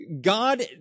God